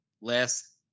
Last